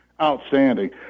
outstanding